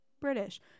British